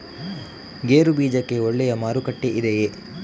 ಗೇರು ಬೀಜಕ್ಕೆ ಒಳ್ಳೆಯ ಮಾರುಕಟ್ಟೆ ಇದೆಯೇ?